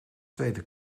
tweede